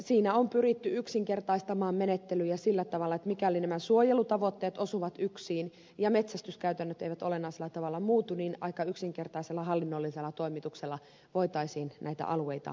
siinä on pyritty yksinkertaistamaan menettelyjä sillä tavalla että mikäli nämä suojelutavoitteet osuvat yksiin ja metsästyskäytännöt eivät olennaisella tavalla muutu niin aika yksinkertaisella hallinnollisella toimituksella voitaisiin näitä alueita liittää